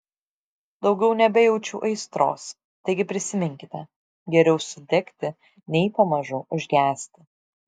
daugiau nebejaučiu aistros taigi prisiminkite geriau sudegti nei pamažu užgesti